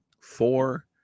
four